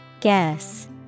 Guess